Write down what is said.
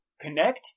connect